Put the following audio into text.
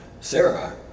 sarah